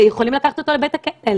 בשני התחומים הללו נעסוק בדיון נפרד.